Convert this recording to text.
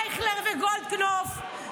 אייכלר וגולדקנופ, ברכות.